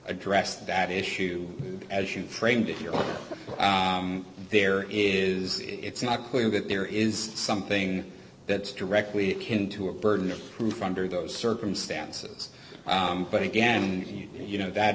address that issue as you framed it here or there is it's not clear that there is something that directly into a burden of proof under those circumstances but again you know that